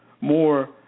more